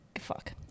fuck